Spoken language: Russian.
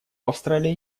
австралии